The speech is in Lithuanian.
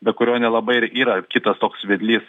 be kurio nelabai ir yra kitas toks vedlys